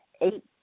eight